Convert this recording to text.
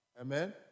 Amen